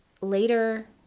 later